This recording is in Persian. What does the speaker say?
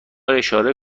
اشاره